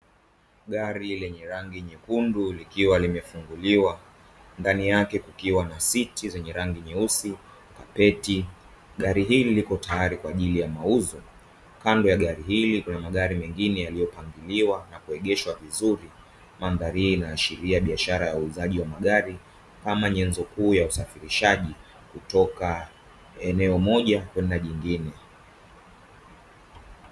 Gari lenye rangi nyekundu likiwa limefunguliwa, ndani yake kukiwa na siti za rangi nyeusi kapeti gari hilo liko tayari kwa ajili ya mauzo. Kando ya gari hili kuna magari mengine yaliyopangiliwa na kuegeshwa vizuri. Mandhari hii inaashiria biashara ya uuzaji wa magari kama nyenzo kuu ya usafirishaji kutoka eneo moja kwenda jingine.